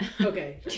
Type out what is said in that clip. okay